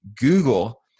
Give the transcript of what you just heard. Google